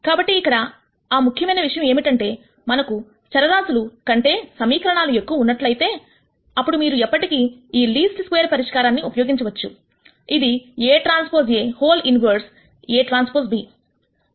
కాబట్టి ఇక్కడ ముఖ్యమైన విషయం ఏమంటే మనకు చరరాశులు కంటే సమీకరణాలు ఎక్కువ ఉన్నట్లయితే అప్పుడు మీరు ఎప్పటికీ ఈ లీస్ట్ స్క్వేర్ పరిష్కారాన్ని ఉపయోగించవచ్చు ఇది Aᵀ A 1 Aᵀ b